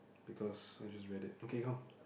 because I just read it okay come